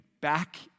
back